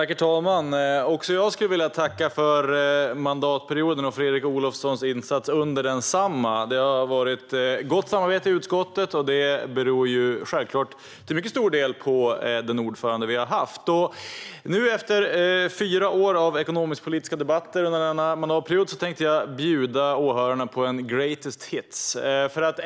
Herr talman! Även jag skulle vilja tacka för mandatperioden och Fredrik Olovssons insats under densamma. Det har varit ett gott samarbete i utskottet. Det beror självklart till mycket stor del på den ordförande som vi har haft. Efter fyra år av ekonomisk-politiska debatter under denna mandatperiod tänkte jag bjuda åhörarna på en greatest hit.